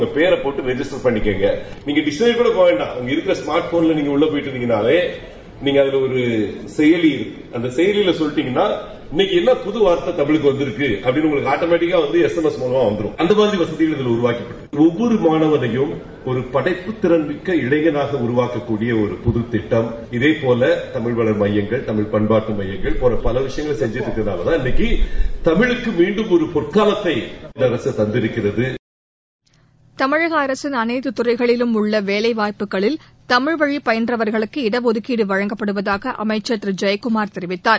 உங்க பேரை போட்டு ரிஜிஸ்டர் பண்ணிக்கோங்க நீங்க கட போக வேண்டாம் இங்க இருக்கிற ஸ்மார்ட் போன்ல உள்ள போயிட்டிங்களாலே அங்க ஒரு செயலி இருக்கும் அந்த செயலில சொல்லீட்டிங்கன்னா இன்னிக்கு என்ன புதுவார்த்தை தமிழுக்கு வந்திருக்குன்னு அட்படி உங்களுக்கு ஆட்டோமேட்டிக் ஆ எஸ்எம்எஸ் வரும் அந்த மாதிரி வசதிகளும் உருவாக்கியிருக்கு ஒல்வொரு மானவளையும் ஒரு படைப்பத்கிறன் மிக்க இளைஞனாக உருவாக்கக்கடிய ஒரு புதிய கிட்டம் இதேபோல தமிழ் வள எமயங்கள் தமிழ் பண்பாட்டு மையங்கள் போன்ற பல விஷயங்களை செய்திருப்பதால் இன்னிக்கு தமிழக்கு மீண்டும் ஒரு பொற்காலத்தை தமிழக அரச தங்கிருக்கிறத அரசின் அனைத்துத் துறைகளிலும் உள்ள வேலைவாய்ப்புகளில் தமிம்வழி தமிழக பயின்றவர்களுக்கு இடஒதுக்கீடு வழங்கப்படுவதாக அமைச்சர் திரு ஜெயக்குமார் தெரிவித்தார்